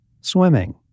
swimming